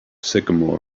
sycamore